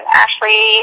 ashley